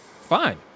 fine